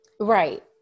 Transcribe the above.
Right